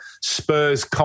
Spurs